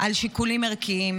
על שיקולים ערכיים,